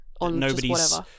Nobody's